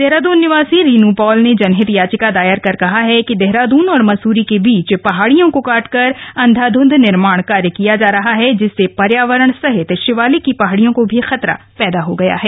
देहरादून निवासी रीनू पॉल र्ने जनहित याचिका दायर कर कहा है कि देहरादून और मंसूरी के बीच पहाड़ियों को काटककर अंधाध्रंध निर्माण कार्य किया जा रहा जिससे पर्यावरण सहित शिवालिक की पहाड़ियों को खतरा पैदा हो गया है